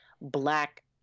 black